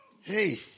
hey